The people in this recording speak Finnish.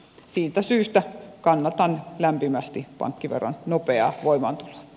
siitä syystä kannatan lämpimästi pankkiveron nopeaa voimaantuloa